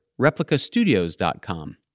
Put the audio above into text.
ReplicaStudios.com